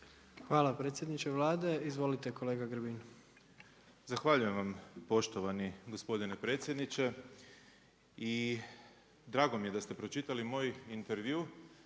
Hvala predsjedniče Vlade. Izvolite kolega Grbin. **Grbin, Peđa (SDP)** Zahvaljujem vam poštovani gospodine predsjedniče i drago mi je da ste pročitali moj intervju,